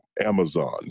Amazon